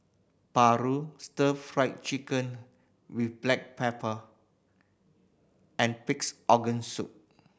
paru Stir Fried Chicken with black pepper and Pig's Organ Soup